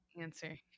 Answer